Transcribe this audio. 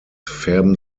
färben